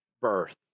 birth